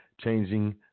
changing